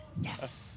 Yes